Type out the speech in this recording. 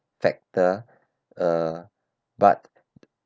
factor uh but